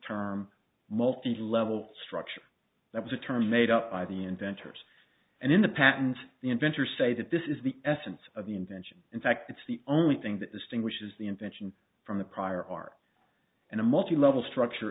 term multi level structure that was a term made up by the inventors and in the patent the inventor say that this is the essence of the invention in fact it's the only thing that distinguishes the invention from the prior art and a multi level structure